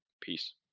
Peace